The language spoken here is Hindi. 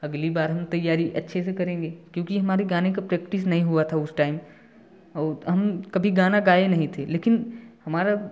अगले बार हम तैयारी अच्छे से करेंगे क्योंकि हमारे गाने का प्रैक्टिस नहीं हुआ था उस टाइम और हम कभी गाना गाये नहीं थे लेकिन हमारा